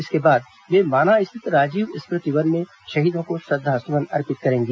इसके बाद वे माना स्थित राजीव स्मृति वन में शहीदों को श्रद्धासुमन अर्पित करेंगी